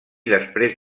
després